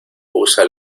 usa